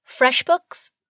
FreshBooks